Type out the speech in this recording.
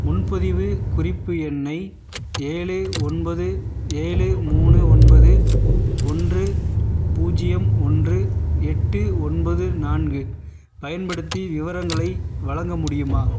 முன்பதிவு குறிப்பு எண் ஏழு ஒன்பது ஏழு மூணு ஒன்பது ஒன்று பூஜ்யம் ஒன்று எட்டு ஒன்பது நான்கு பயன்படுத்தி விவரங்களை வழங்க முடியுமா